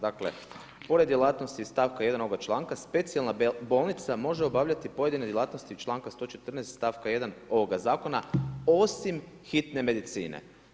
Dakle, pored djelatnosti iz stavka 1. ovog članka, specijalna bolnica može obavljati pojedine djelatnosti iz članka 114. stavka 1. ovoga zakona osim hitne medicine.